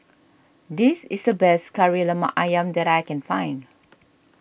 this is the best Kari Lemak Ayam that I can find